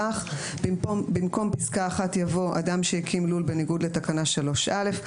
כך: במקום פסקה (1) יבוא: אדם שהקים לול בניגוד לתקנה 3(א)".